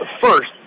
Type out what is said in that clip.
first